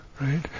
Right